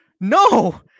No